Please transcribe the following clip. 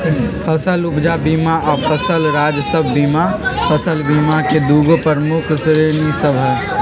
फसल उपजा बीमा आऽ फसल राजस्व बीमा फसल बीमा के दूगो प्रमुख श्रेणि सभ हइ